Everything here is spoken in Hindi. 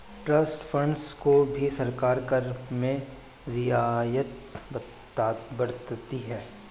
ट्रस्ट फंड्स को भी सरकार कर में रियायत बरतती है